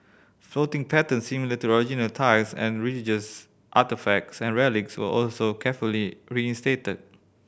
flooring patterns similar to the original tiles and religious artefacts and relics were also carefully reinstated